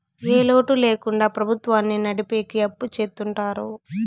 ఏ లోటు ల్యాకుండా ప్రభుత్వాన్ని నడిపెకి అప్పు చెత్తుంటారు